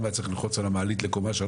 היה צריך ללחוץ על המעלית לקומה 3,